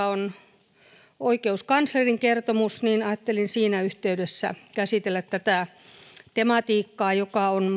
on oikeuskanslerin kertomus niin ajattelin siinä yhteydessä käsitellä tätä tematiikkaa joka on